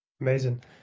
Amazing